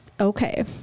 Okay